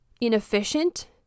inefficient